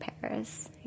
Paris